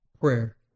prayer